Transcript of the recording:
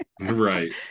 right